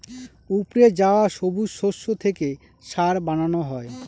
উপড়ে যাওয়া সবুজ শস্য থেকে সার বানানো হয়